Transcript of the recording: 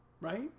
Right